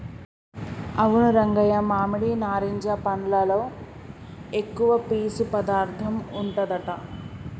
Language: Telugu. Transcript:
అవును రంగయ్య మామిడి నారింజ పండ్లలో ఎక్కువ పీసు పదార్థం ఉంటదట